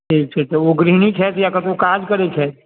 ठीक छै तऽ ओ गृहिणी छथि या कतौ काज करै छथि